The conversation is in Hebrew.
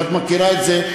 ואת מכירה את זה,